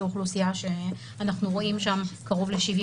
זאת אוכלוסייה שאנחנו רואים בה קרוב ל-70